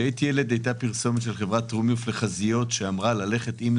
כשהייתי ילד הייתה פרסומת של חברת טריומף לחזיות שאמרה: ללכת עם,